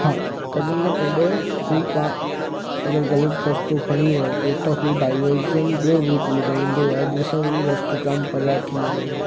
हा कॾहिं न कॾहिं हू पाण अगरि ग़लति रस्तो खणी वठो त हू डायवर्जन ॿियो रूट ॿुधाईंदो आहे जंहिंसां हू रस्तो जामु परियां थी वेंदो आहे